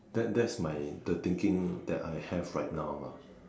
that that's my the thinking that I have right now lah